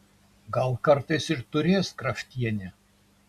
gal kartais ir turės kraftienė